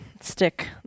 stick